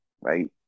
right